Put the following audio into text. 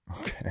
Okay